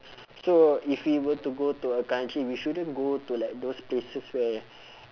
so if we were to go to a country we shouldn't go to like those places where